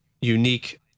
unique